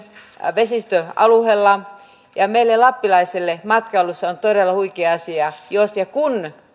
vesistöalueelta ja meille lappilaisille matkailussa on todella huikea asia jos ja kun